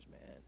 man